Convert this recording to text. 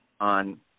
on